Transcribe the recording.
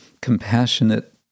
compassionate